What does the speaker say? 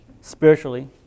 spiritually